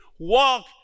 walk